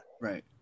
Right